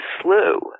Slew